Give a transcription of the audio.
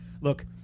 Look